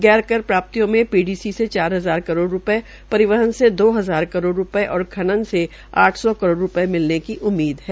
गैर कर प्राप्तियों में पीडीसी से चार हजार करोड़ रूपये परिवहन से दो हजार करोड़ रूपये और खनन से आठ सौ करोड़ रूपये मिलने की उम्मीद है